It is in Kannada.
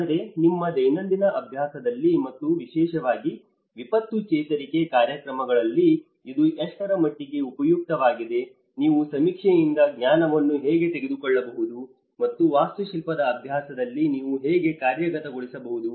ಆದರೆ ನಿಮ್ಮ ದೈನಂದಿನ ಅಭ್ಯಾಸದಲ್ಲಿ ಮತ್ತು ವಿಶೇಷವಾಗಿ ವಿಪತ್ತು ಚೇತರಿಕೆ ಕಾರ್ಯಕ್ರಮಗಳಲ್ಲಿ ಇದು ಎಷ್ಟರ ಮಟ್ಟಿಗೆ ಉಪಯುಕ್ತವಾಗಿದೆ ನೀವು ಸಮೀಕ್ಷೆಯಿಂದ ಜ್ಞಾನವನ್ನು ಹೇಗೆ ತೆಗೆದುಕೊಳ್ಳಬಹುದು ಮತ್ತು ವಾಸ್ತುಶಿಲ್ಪದ ಅಭ್ಯಾಸದಲ್ಲಿ ನೀವು ಹೇಗೆ ಕಾರ್ಯಗತಗೊಳಿಸಬಹುದು